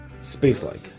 space-like